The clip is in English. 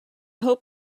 hope